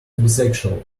bisexual